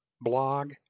blog